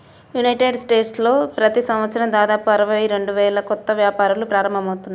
United స్టేట్స్లో ప్రతి సంవత్సరం దాదాపు అరవై రెండు వేల కొత్త వ్యాపారాలు ప్రారంభమవుతాయి